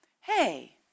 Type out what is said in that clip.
Hey